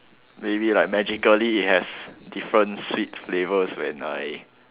maybe like magically it has different sweet flavours when I